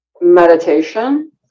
meditation